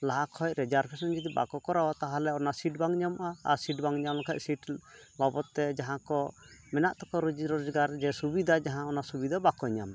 ᱞᱟᱦᱟ ᱠᱷᱚᱡ ᱨᱮᱡᱟᱨᱵᱷᱮᱥᱚᱱ ᱡᱚᱫᱤ ᱵᱟᱠᱚ ᱠᱚᱨᱟᱣᱟ ᱛᱟᱦᱚᱞᱮ ᱚᱱᱟ ᱥᱤᱴ ᱵᱟᱝ ᱧᱟᱢᱚᱜᱼᱟ ᱟᱨ ᱥᱤᱴ ᱵᱟᱝ ᱧᱟᱢᱞᱮᱠᱷᱟᱱ ᱥᱤᱴ ᱵᱟᱵᱚᱫᱽᱛᱮ ᱡᱟᱦᱟᱸᱠᱚ ᱢᱮᱱᱟᱜ ᱛᱟᱠᱚ ᱨᱩᱡᱤ ᱨᱳᱡᱽᱜᱟᱨ ᱡᱮ ᱥᱩᱵᱤᱫᱷᱟ ᱡᱟᱦᱟᱸ ᱚᱱᱟ ᱥᱩᱵᱤᱫᱷᱟ ᱵᱟᱠᱚ ᱧᱟᱢᱟ